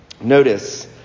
Notice